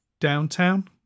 Downtown